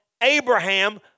Abraham